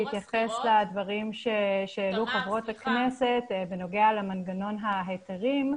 להתייחס לדברים שהעלו חברות הכנסת בנוגע למנגנון ההיתרים,